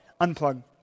unplug